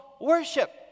worship